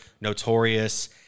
Notorious